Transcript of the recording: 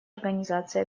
организации